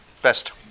Best